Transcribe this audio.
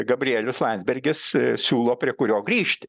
gabrielius landsbergis siūlo prie kurio grįžti